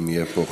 אם יהיה פה,